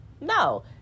no